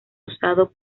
usado